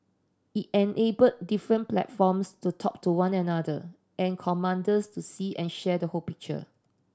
it enabled different platforms to talk to one another and commanders to see and share the whole picture